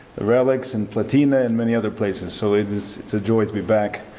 the relics, and platina, and many other places. so, it's it's a joy to be back.